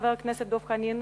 חבר הכנסת דב חנין,